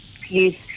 please